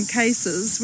cases